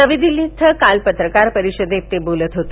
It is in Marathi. नवी दिल्ली इथं काल पत्रकार परिषदेत ते बोलत होते